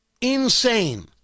insane